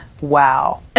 wow